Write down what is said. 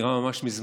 נראה ממש מזמן,